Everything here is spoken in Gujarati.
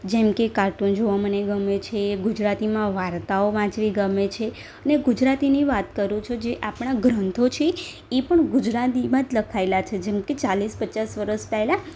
જેમ કે કાર્ટુન જોવાં મને ગમે છે ગુજરાતીમાં વાર્તાઓ વાંચવી ગમે છે અને ગુજરાતીની વાત કરું છું જે આપણા ગ્રંથો છે એ પણ ગુજરાતીમાં જ લખાએલા છે જેમ કે ચાલીસ પચાસ વરસ પહેલાં